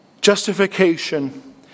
Justification